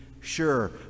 sure